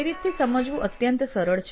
એ રીતથી સમજવું અત્યંત સરળ છે